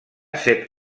set